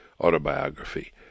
autobiography